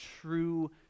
true